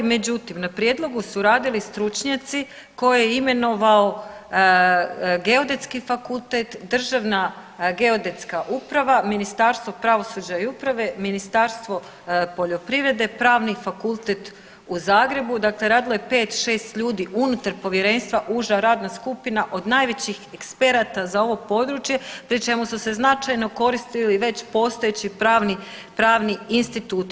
Međutim, na prijedlogu su radili stručnjaci koje je imenovao Geodetski fakultet, Državna geodetska uprava, Ministarstvo pravosuđa i uprave, Ministarstvo poljoprivrede, Pravni fakultet u Zagrebu dakle radilo je pet, šest ljudi unutar povjerenstva, uža radna skupina od najvećih eksperata za ovo područje pri čemu su se značajno koristili već postojeći pravni instituti.